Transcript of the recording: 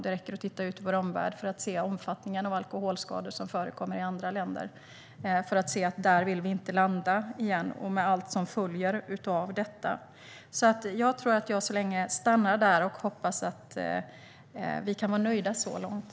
Det räcker att titta ut i vår omvärld för att se omfattningen av de alkoholskador som förekommer i andra länder och allt som följer av det. Där vill vi inte landa igen. Jag stannar där och hoppas att vi kan vara nöjda så långt.